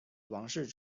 王室